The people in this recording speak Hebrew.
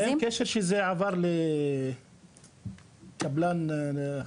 אין קשר לזה שזה עבר לקבלן חיצוני?